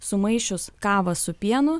sumaišius kavą su pienu